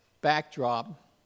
backdrop